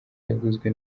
yaguzwe